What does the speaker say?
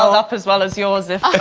up as well as yours if